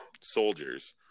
soldiers